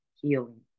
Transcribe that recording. healing